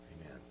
Amen